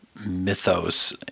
mythos